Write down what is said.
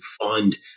fund